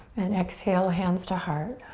and exhale hands to heart.